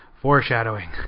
foreshadowing